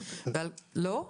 לא?